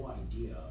idea